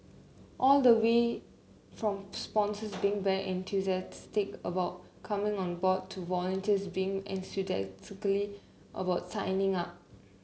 all the way from sponsors being very enthusiastic about coming on board to volunteers being enthusiastically about signing up